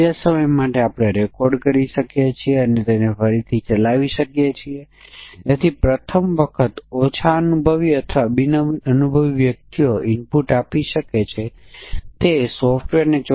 તેથી જો આપણી પાસે 35100102 ડેટા છે તો આપણે નીચલા બાઉન્ડ 3 3 થી ઉપર 5 ઉપરનો બાઉન્ડ 102 ઉપરના બાઉન્ડથી નજીક જે 100 અને મૂલ્ય 1 લખવું જોઈએ માફ કરશો આપણે 1 તરીકે લખવું જોઈએ